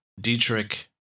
Dietrich